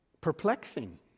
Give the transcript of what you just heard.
Perplexing